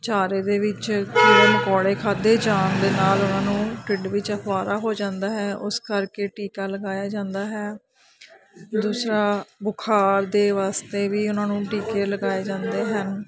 ਚਾਰੇ ਦੇ ਵਿੱਚ ਕੀੜੇ ਮਕੌੜੇ ਖਾਧੇ ਜਾਣ ਦੇ ਨਾਲ ਉਹਨਾਂ ਨੂੰ ਢਿੱਡ ਵਿੱਚ ਅਫਵਾਰਾ ਹੋ ਜਾਂਦਾ ਹੈ ਉਸ ਕਰਕੇ ਟੀਕਾ ਲਗਾਇਆ ਜਾਂਦਾ ਹੈ ਦੂਸਰਾ ਬੁਖਾਰ ਦੇ ਵਾਸਤੇ ਵੀ ਉਹਨਾਂ ਨੂੰ ਟੀਕੇ ਲਗਾਏ ਜਾਂਦੇ ਹਨ